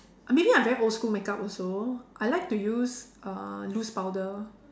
maybe I very old school makeup also I like to use uh loose powder